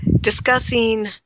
discussing